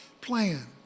plan